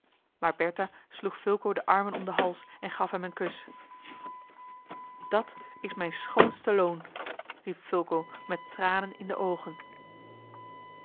maar bertha sloeg fulco de armen om den hals en gaf hem een kus dat is mijn schoonste loon riep fulco met tranen in de oogen